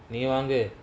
நீ வாங்கு:nee vaangu